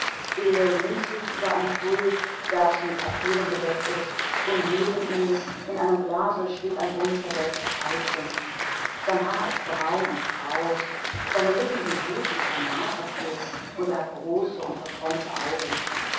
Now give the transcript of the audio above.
er lehnt sich über einen mit papieren bedeckten tisch und neben ihm steht in einem wasserglase ein kleiner strauß verwelkter veilchen sein haar ist braun und gelockt seine lippen sind rot wie eine granatblüte und er hat große und träumerische augen